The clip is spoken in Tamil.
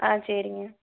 ஆ சரிங்க